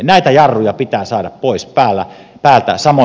näitä jarruja pitää saada pois päältä